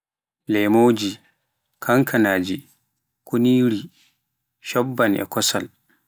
lemoji, kankanri, kunuri, shobbanl e kosan.